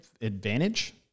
advantage